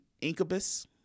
incubus